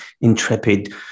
intrepid